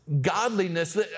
godliness